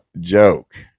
joke